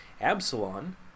Absalom